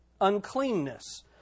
uncleanness